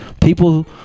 people